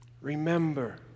Remember